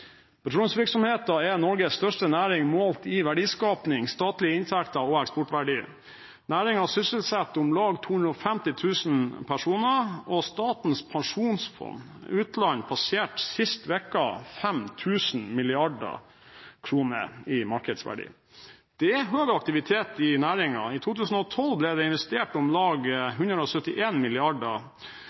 Petroleumsvirksomheten er Norges største næring målt i verdiskapning, statlige inntekter og eksportverdi. Næringen sysselsetter om lag 250 000 personer, og Statens pensjonsfond utland passerte sist uke 5 000 mrd. kr i markedsverdi. Det er høy aktivitet i næringen. I 2012 ble det investert om lag 171 mrd. kr på sokkelen, og